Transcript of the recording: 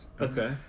Okay